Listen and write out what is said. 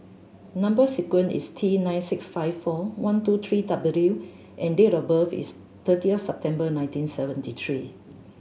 number sequence is T nine six five four one two three W and date of birth is thirtieth September nineteen seventy three